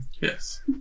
Yes